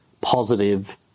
positive